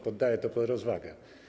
Poddaję to pod rozwagę.